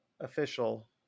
official